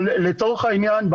אבל לצורך העניין,